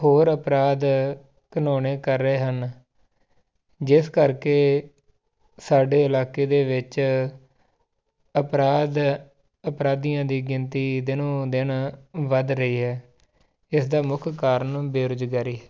ਹੋਰ ਅਪਰਾਧ ਘਿਨੌਣੇ ਕਰ ਰਹੇ ਹਨ ਜਿਸ ਕਰਕੇ ਸਾਡੇ ਇਲਾਕੇ ਦੇ ਵਿੱਚ ਅਪਰਾਧ ਅਪਰਾਧੀਆਂ ਦੀ ਗਿਣਤੀ ਦਿਨੋ ਦਿਨ ਵਧ ਰਹੀ ਹੈ ਇਸ ਦਾ ਮੁੱਖ ਕਾਰਨ ਬੇਰੁਜ਼ਗਾਰੀ